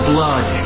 Blood